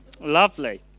Lovely